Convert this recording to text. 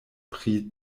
pri